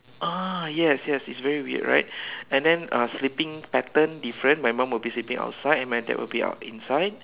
ah yes yes it's very weird right and then uh sleeping pattern different my mum will be sleeping outside and my dad will be out inside